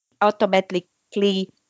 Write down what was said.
automatically